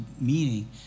meaning